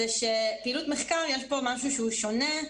שפעילות מחקר יש בה משהו שהוא שונה.